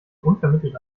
unvermittelt